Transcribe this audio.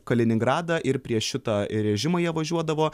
kaliningradą ir prieš šitą režimą jie važiuodavo